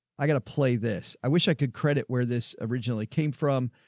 i got to play this. i wish i could credit where this originally came from.